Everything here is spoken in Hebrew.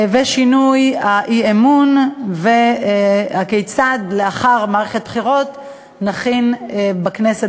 שינוי מוסד האי-אמון וכיצד נכין בכנסת